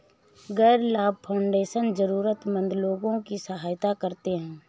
गैर लाभ फाउंडेशन जरूरतमन्द लोगों की सहायता करते हैं